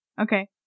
Okay